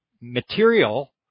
material